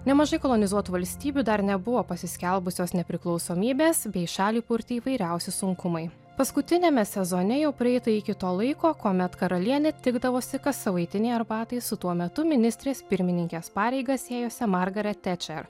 nemažai kolonizuotų valstybių dar nebuvo pasiskelbusios nepriklausomybės bei šalį purtė įvairiausi sunkumai paskutiniame sezone jau prieita iki to laiko kuomet karalienė tikdavosi kassavaitinėje arbatai su tuo metu ministrės pirmininkės pareigas ėjusia margaret tečer